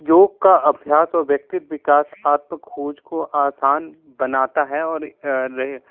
योग का अभ्यास और व्यक्तित्व विकास आत्मखोज को आसान बनाता है और रहे